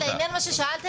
לעניין הפרוצדורה,